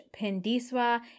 Pendiswa